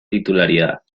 titularidad